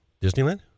Disneyland